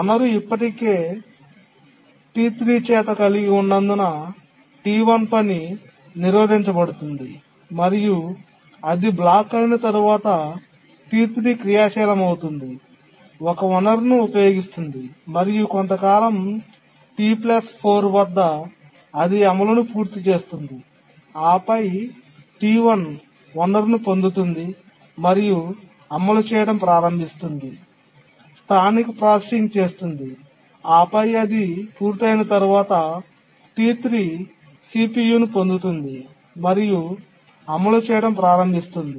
వనరు ఇప్పటికే T3 చేత కలిగి ఉన్నందున T1 పని నిరోధించబడుతుంది మరియు అది బ్లాక్ అయిన తర్వాత T3 క్రియాశీలమవుతుంది ఒక వనరును ఉపయోగిస్తుంది మరియు కొంతకాలం T 4 వద్ద అది అమలును పూర్తి చేస్తుంది ఆపై T1 వనరును పొందుతుంది మరియు అమలు చేయడం ప్రారంభిస్తుంది స్థానిక ప్రాసెసింగ్ చేస్తుంది ఆపై అది పూర్తయిన తర్వాత T3 CPU ను పొందుతుంది మరియు అమలు చేయడం ప్రారంభిస్తుంది